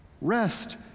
rest